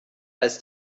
als